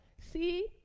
See